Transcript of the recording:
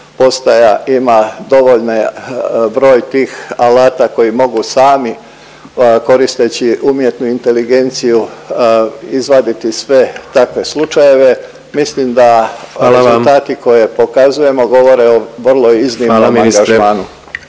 ima dovoljne broj tih alata koji mogu sami koristeći umjetnu inteligenciju izvaditi sve takve slučajeve. Mislim da… …/Upadica predsjednik: Hvala vam./…